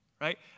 right